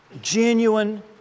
Genuine